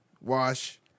wash